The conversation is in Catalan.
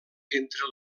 entre